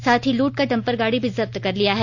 साथ ही लूट का डपर गाड़ी भी जब्त कर लिया गया है